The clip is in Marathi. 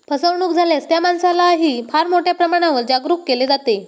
फसवणूक झाल्यास त्या माणसालाही फार मोठ्या प्रमाणावर जागरूक केले जाते